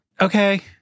okay